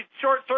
Short